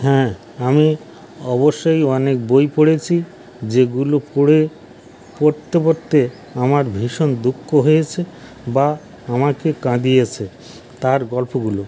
হ্যাঁ আমি অবশ্যই অনেক বই পড়েছি যেগুলো পড়ে পড়তে পড়তে আমার ভীষণ দুঃখ হয়েছে বা আমাকে কাঁদিয়েছে তার গল্পগুলো